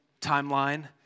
timeline